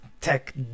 tech